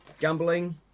Gambling